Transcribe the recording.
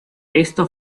esto